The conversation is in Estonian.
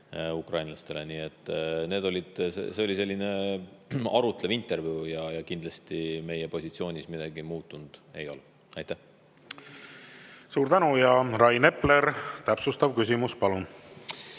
ukrainlastele. Nii et see oli selline arutlev intervjuu ja kindlasti meie positsioonis midagi muutunud ei ole. Suur tänu! Ja Rain Epler, täpsustav küsimus, palun!